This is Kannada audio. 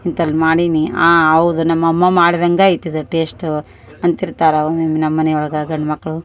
ಇಂತಲು ಮಾಡೇನಿ ಆ ಹೌದ್ ನಮ್ಮ ಅಮ್ಮ ಮಾಡಿದಂಗ ಆಯ್ತು ಇದು ಟೇಸ್ಟು ಅಂತಿರ್ತಾರ ಒಮ್ಮೊಮೆ ನಮ್ಮ ಮನಿಯೊಳಗ ಗಂಡ ಮಕ್ಕಳು